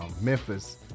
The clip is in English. Memphis